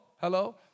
Hello